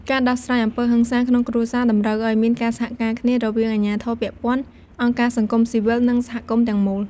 ការដោះស្រាយអំពើហិង្សាក្នុងគ្រួសារតម្រូវឲ្យមានការសហការគ្នារវាងអាជ្ញាធរពាក់ព័ន្ធ អង្គការសង្គមស៊ីវិល និងសហគមន៍ទាំងមូល។